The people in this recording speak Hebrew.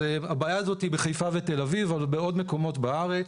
הבעיה הזאת היא בחיפה ותל אביב אבל בעוד מקומות בארץ.